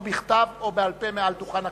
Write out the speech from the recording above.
או בכתב או בעל-פה מעל דוכן הכנסת,